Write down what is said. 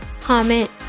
comment